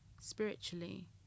spiritually